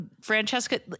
Francesca